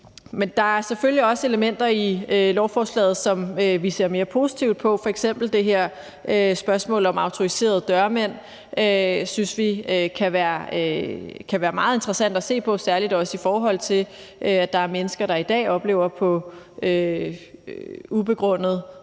Men der er selvfølgelig også elementer i lovforslaget, som vi ser mere positivt på; f.eks. synes vi, at det her spørgsmål om autoriserede dørmænd kan være meget interessant at se på, særligt også i forhold til at der er mennesker, der i dag oplever at få ubegrundet